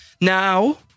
Now